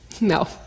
No